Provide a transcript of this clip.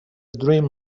dream